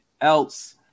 else